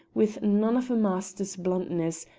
with none of a master's bluntness,